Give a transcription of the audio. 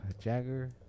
jagger